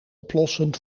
oplossen